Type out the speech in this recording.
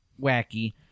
wacky